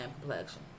complexion